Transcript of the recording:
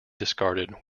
discarded